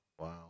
Wow